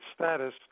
status